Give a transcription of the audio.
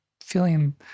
feeling